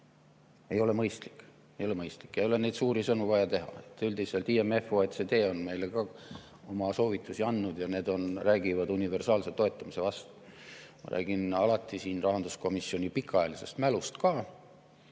Ei ole mõistlik. Ei ole mõistlik ja ei ole neid suuri sõnu vaja teha. Üldiselt IMF ja OECD on meile ka oma soovitusi andnud ja need räägivad universaalse toetamise vastu. Ma räägin alati siin ka rahanduskomisjoni pikaajalisest mälust ja